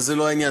וזה לא העניין,